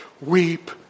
weep